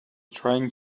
trying